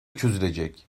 çözülecek